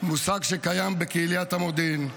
מושג שקיים בקהיליית המודיעין.